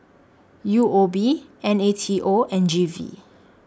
U O B N A T O and G V